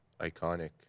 Iconic